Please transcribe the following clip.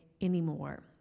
anymore